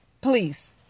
please